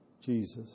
Jesus